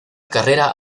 carrera